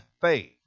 faith